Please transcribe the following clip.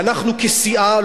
ואנחנו כסיעה,